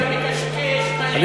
אתה מקשקש, אתה מקשקש.